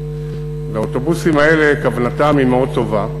והאוטובוסים האלה כוונתם היא מאוד טובה,